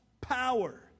power